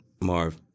Marv